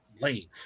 lane